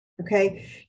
Okay